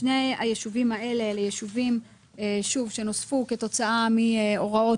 שני היישובים האלה הם יישובים שנוספו כתוצאה מהוראות